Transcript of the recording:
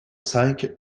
cinq